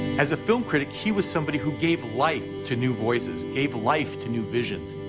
as a film critic, he was somebody who gave life to new voices, gave life to new visions,